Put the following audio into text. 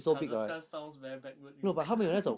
kazakhstan sounds very backward you know